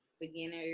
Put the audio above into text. beginner